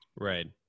right